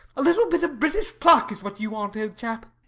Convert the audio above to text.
a little bit of british pluck is what you want, old chap.